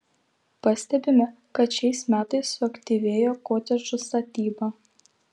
pastebime kad šiais metais suaktyvėjo kotedžų statyba